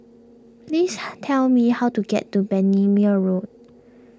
please tell me how to get to Bendemeer Road